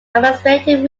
administrative